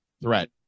threat